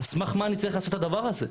על סמך מה אני צריך לעשות את הדבר הזה?